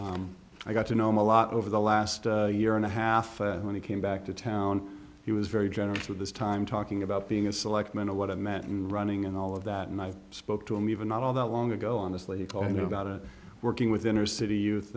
bill i got to know my lot over the last year and a half and when he came back to town he was very generous with his time talking about being a selectman of what it meant and running and all of that and i spoke to him even not all that long ago on a sleep talking about it working with inner city youth